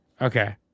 Okay